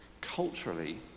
culturally